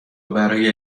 برای